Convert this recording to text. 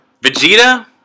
Vegeta